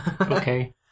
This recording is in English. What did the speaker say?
Okay